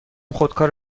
خودکار